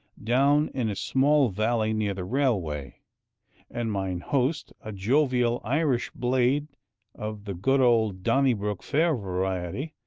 down in a small valley near the railway and mine host, a jovial irish blade of the good old donnybrook fair variety,